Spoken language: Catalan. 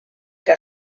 que